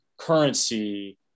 currency